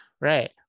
right